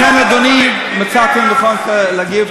לכן, אדוני, מצאתי לנכון להגיב.